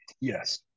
Yes